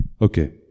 Okay